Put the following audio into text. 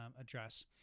address